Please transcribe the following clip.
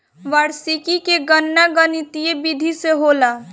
वार्षिकी के गणना गणितीय विधि से होला